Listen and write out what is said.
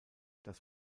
das